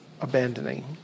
abandoning